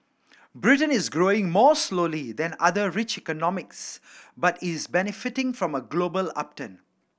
mBritain is growing more slowly than other rich economies but is benefiting from a global upturn